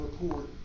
report